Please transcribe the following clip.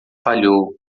falhou